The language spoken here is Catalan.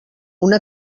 una